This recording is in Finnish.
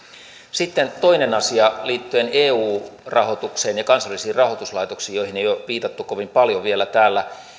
sitten toinen asia liittyen eu rahoitukseen ja kansallisiin rahoituslaitoksiin joihin ei ole vielä viitattu kovin paljon täällä